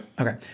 Okay